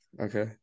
Okay